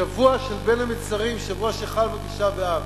שבוע של בין המצרים, שבוע שחל בו תשעה באב,